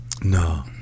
no